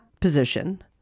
position